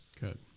good